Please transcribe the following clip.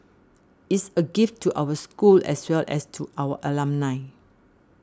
is a gift to our school as well as to our alumni